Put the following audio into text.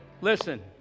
Listen